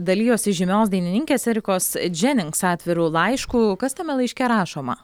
dalijosi žymios dainininkės erikos dženinks atviru laišku kas tame laiške rašoma